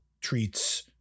treats